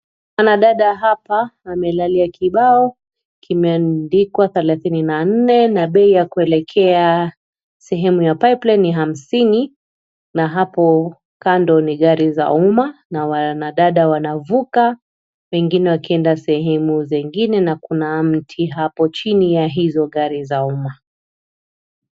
Dada hapa amelalia kibao kimeandikwa thelathini na nne na bei ya kuelekea sehemu ya Pipeline ni hamsini na hapo kando ni gari za umma na wanadada wanavuka, pengine wakienda sehemu zingine na kuna mti hapo chini ya hizo gari za umma.